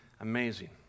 amazing